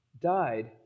died